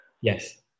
Yes